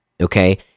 okay